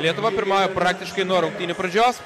lietuva pirmauja praktiškai nuo rungtynių pradžios